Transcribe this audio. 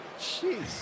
jeez